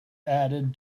added